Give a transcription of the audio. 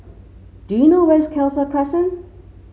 do you know where is Khalsa Crescent